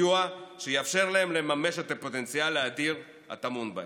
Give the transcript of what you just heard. בסיוע שיאפשר להם לממש את הפוטנציאל האדיר הטמון בהם.